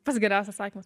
pats geriausias atsakymas